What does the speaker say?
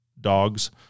dogs